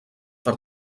per